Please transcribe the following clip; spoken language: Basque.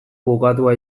bukatua